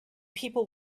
people